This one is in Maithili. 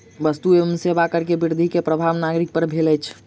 वस्तु एवं सेवा कर में वृद्धि के प्रभाव नागरिक पर भेल अछि